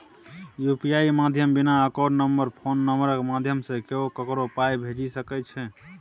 UPI माध्यमे बिना account number phone नंबरक माध्यमसँ केओ ककरो पाइ भेजि सकै छै